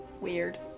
weird